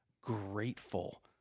grateful